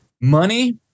money